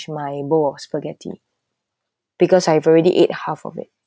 my bowl of spaghetti because I have already ate half of it